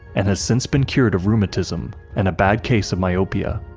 and has since been cured of rheumatism and a bad case of myopia.